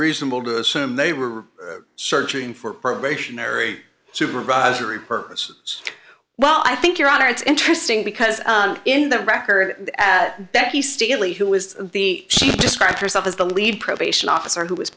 reasonable to assume they were searching for probationary supervisory purposes well i think your honor it's interesting because in the record betty staley who was the she described herself as the lead probation officer who was